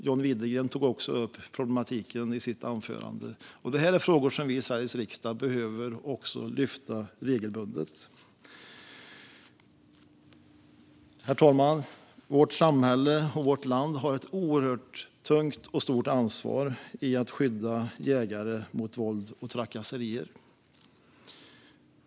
John Widegren tog också upp denna problematik i sitt anförande. Det här är frågor som vi i Sveriges riksdag behöver lyfta regelbundet. Herr talman! Vårt samhälle och vårt land har ett oerhört tungt och stort ansvar för att skydda jägare mot våld och trakasserier.